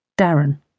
Darren